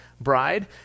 bride